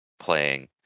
Playing